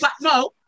no